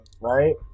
Right